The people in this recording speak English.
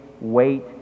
wait